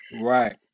Right